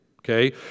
Okay